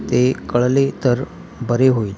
ते कळले तर बरे होईल